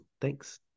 Thanks